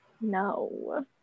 No